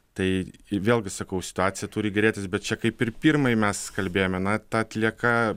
tai vėlgi sakau situacija turi gerėtis bet čia kaip ir pirmai mes kalbėjome na ta atlieka